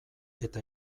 eta